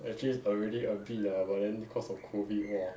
actually is already a bit lah but then because of COVID !wah!